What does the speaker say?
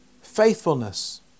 faithfulness